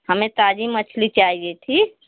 हमें ताजी मछली चाहिए ठीक